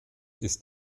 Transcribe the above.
ist